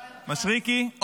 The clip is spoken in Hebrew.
מישרקי?